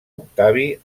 octavi